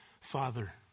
father